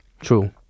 True